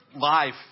life